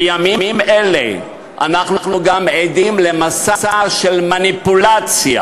בימים אלה אנחנו גם עדים למסע של מניפולציה,